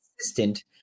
assistant